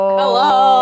hello